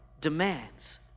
demands